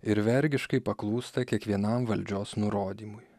ir vergiškai paklūsta kiekvienam valdžios nurodymui